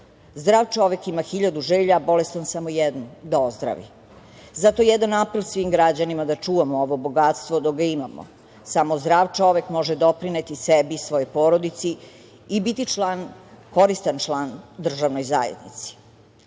Zdrav čovek ima hiljadu želja, a bolestan samo jednu, da ozdravi. Zato jedan apel svim građanima da čuvamo ovo bogatstvo dok ga imamo. Samo zdrav čovek može doprineti sebi i svojoj porodici i biti koristan član državnoj zajednici. Pravo